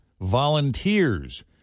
volunteers